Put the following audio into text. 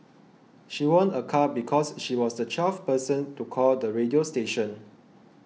she won a car because she was the twelfth person to call the radio station